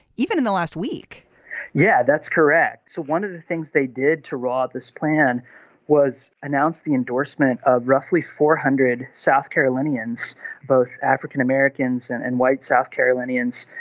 even in the last week yeah that's correct. so one of the things they did to roar this plan was announced the endorsement of roughly four hundred south carolinians both african-americans and and white south carolinians.